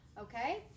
Okay